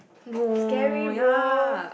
scary bro